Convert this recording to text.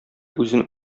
үзен